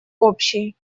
общий